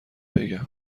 بگم